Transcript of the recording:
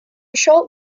short